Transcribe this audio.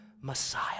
Messiah